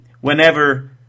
whenever